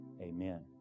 Amen